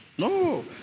No